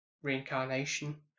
Reincarnation